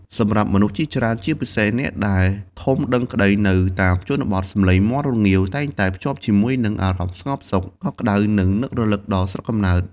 សម្រាប់មនុស្សជាច្រើន ជាពិសេសអ្នកដែលធំដឹងក្តីនៅតាមជនបទ សំឡេងមាន់រងាវតែងតែភ្ជាប់ជាមួយនឹងអារម្មណ៍ស្ងប់សុខ កក់ក្តៅ និងនឹករលឹកដល់ស្រុកកំណើត។